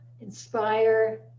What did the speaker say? inspire